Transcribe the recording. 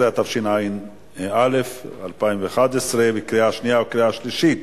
17), התשע"א 2011, קריאה שנייה וקריאה שלישית.